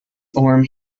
orm